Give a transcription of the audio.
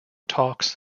talks